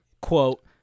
quote